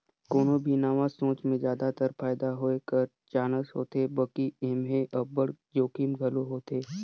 कोनो भी नावा सोंच में जादातर फयदा होए कर चानस होथे बकि एम्हें अब्बड़ जोखिम घलो होथे